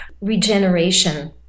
regeneration